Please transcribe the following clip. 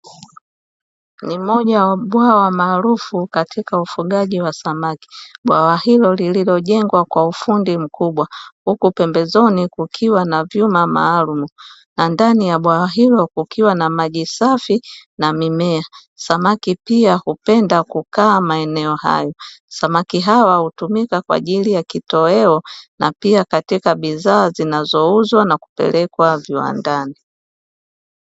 Ni moja ya bwawa maarufu katika ufugaji wa samaki. Bwawa hilo lililojengwa kwa ufundi mkubwa huku pembezoni kukiwa na vyuma maalumu na ndani ya bwawa hilo kukiwa na maji safi na mimea; samaki pia hupenda kukaa maeneo hayo. Samaki hawa hutumika kwa ajili ya kitoweo na pia katika bidhaa zinazouzwa na kupelekwa viwandani.